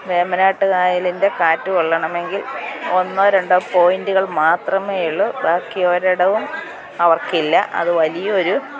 വെമ്പനാട്ടുകായലിൻ്റെ കാറ്റ് കൊള്ളണമെങ്കിൽ ഒന്നോ രണ്ടോ പോയിൻറുകൾ മാത്രമേ ഉള്ളൂ ബാക്കിയൊരിടവും അവർക്കില്ല അതു വലിയൊരു